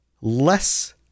less